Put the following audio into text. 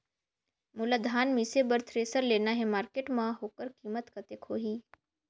मोला धान मिसे बर थ्रेसर लेना हे मार्केट मां होकर कीमत कतेक होही?